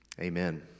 Amen